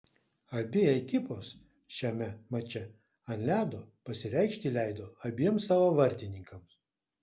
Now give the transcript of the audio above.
abi ekipos šiame mače ant ledo pasireikšti leido abiem savo vartininkams